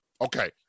Okay